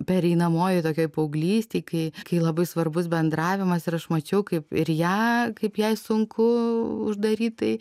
pereinamojoj tokioj paauglystėj kai kai labai svarbus bendravimas ir aš mačiau kaip ir ją kaip jai sunku uždarytai